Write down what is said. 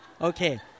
Okay